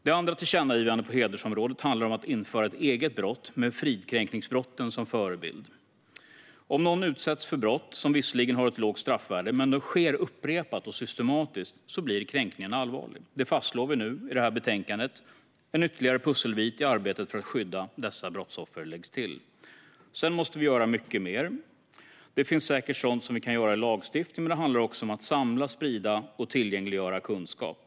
Det andra tillkännagivandet på hedersområdet handlar om att införa ett eget brott med fridskränkningsbrotten som förebild. Om någon utsätts för brott som visserligen har ett lågt straffvärde men som sker upprepat och systematiskt blir kränkningen allvarlig. Det fastslår vi nu i det här betänkandet, och en ytterligare pusselbit i arbetet för att skydda dessa brottsoffer läggs till. Sedan måste vi göra mycket mer. Det finns säkert sådant vi kan göra i lagstiftningen, men det handlar också om att samla, sprida och tillgängliggöra kunskap.